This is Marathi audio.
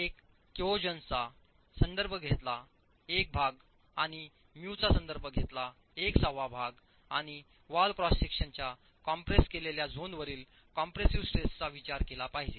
1 कोऑशनचा संदर्भ घेतलेला एक भाग आणि म्यूचा संदर्भ घेतलेला एक सहावा भाग आणि वॉल क्रॉस सेक्शनच्या कॉम्प्रेस केलेल्या झोनवरील कॉम्प्रेसिव्ह स्ट्रेसचा विचार केला पाहिजे